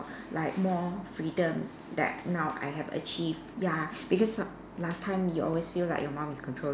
like more freedom that now I have achieved ya because some last time you always feel like your mum is controlling